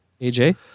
AJ